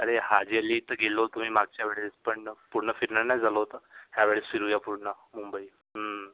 अरे हाजीअली इथं गेलो होतो मी मागच्या वेळीस पण पूर्ण फिरणं नाही झालं होतं ह्यावेळीस फिरुया पूर्ण मुंबई